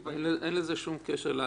אין לזה שום קשר להצבעה.